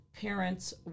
parents